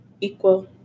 equal